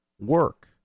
work